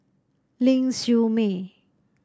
Ling Siew May